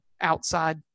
outside